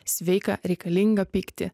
sveiką reikalingą pyktį